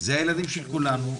זה הילדים של כולנו,